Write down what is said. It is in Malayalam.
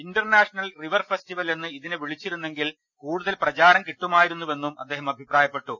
ഇന്റർനാഷണൽ റിവർ ഫെസ്റ്റിവൽ എന്ന് ഇതിനെ വിളിച്ചി രുന്നെങ്കിൽ കൂടുതൽ പ്രചാരം കിട്ടുമായിരുന്നുവെന്നും അദ്ദേഹം അഭി പ്രായപ്പെട്ടു